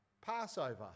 Passover